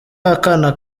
akana